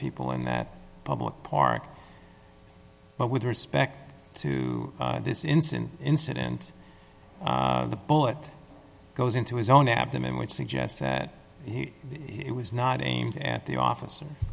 people in that public park but with respect to this incident incident the bullet goes into his own abdomen which suggests that he was not aimed at the officer